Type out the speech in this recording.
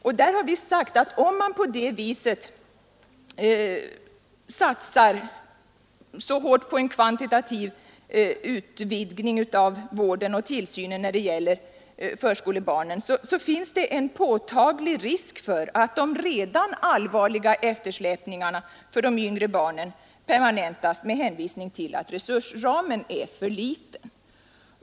Vi har där sagt att om man satsar så på en kvantitativ utvidgning av vården och tillsynen när det gäller förskolebarnen, finns det en påtaglig risk för att de redan allvarliga eftersläpningarna för de mindre barnen kommer att permanentas med hänvisning till att resursramen är för snäv.